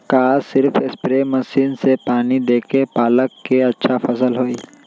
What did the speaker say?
का सिर्फ spray machine से पानी देके पालक के अच्छा फसल होई?